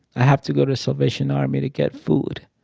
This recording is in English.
i have to go to salvation army to get food.